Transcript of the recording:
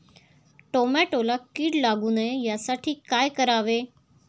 टोमॅटोला कीड लागू नये यासाठी काय करावे?